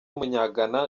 w’umunyagana